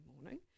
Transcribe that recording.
morning